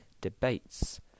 debates